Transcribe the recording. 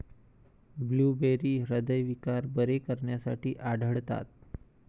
blueberry हृदयविकार बरे करण्यासाठी आढळतात